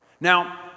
Now